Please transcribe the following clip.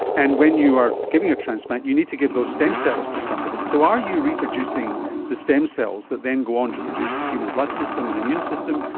and when you are giving a transplant you to give those stem cells to somebody. so are you reproducing the stem cells that then go on to produce the human blood system and immune system,